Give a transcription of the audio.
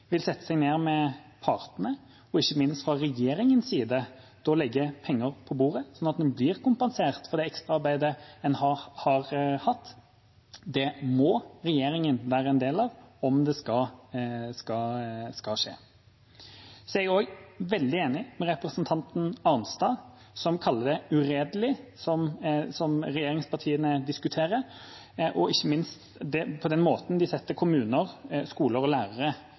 vil sette seg ned med partene og ikke minst fra regjeringens side legge penger på bordet, slik at en blir kompensert for det ekstraarbeidet en har hatt. Det må regjeringen være en del av om det skal skje. Jeg er også veldig enig med representanten Arnstad, som kaller det uredelig, slik regjeringspartiene diskuterer, og ikke minst den måten de setter kommuner, skoler og lærere